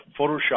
Photoshop